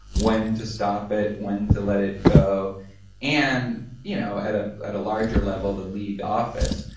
when to stop it, when to let it go and you know at ah at a larger level the league office.